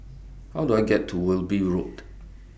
How Do I get to Wilby Road